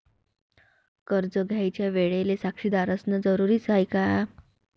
कर्ज घ्यायच्या वेळेले साक्षीदार असनं जरुरीच हाय का?